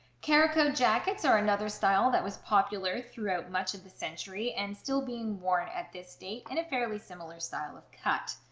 caraco jackets are another style that was popular throughout much of the century and still being worn at this date in a fairly similar style of cut.